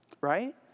right